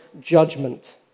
judgment